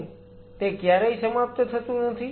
શું તે ક્યારેય સમાપ્ત થતું નથી